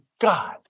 God